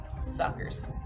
Suckers